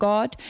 God